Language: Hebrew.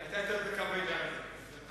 ועשיתי את זה ברמה הפרקטית.